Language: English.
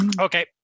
Okay